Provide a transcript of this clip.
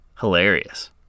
Hilarious